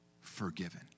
forgiven